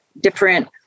different